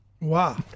Wow